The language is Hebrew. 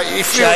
היום,